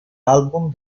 album